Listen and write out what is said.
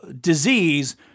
disease